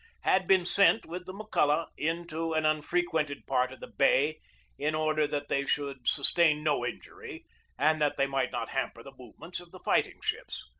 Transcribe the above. had been sent, with the mcculloch, into an unfrequented part of the bay in order that they should sustain no injury and that they might not hamper the movements of the fight ing-ships.